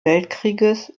weltkrieges